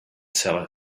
seller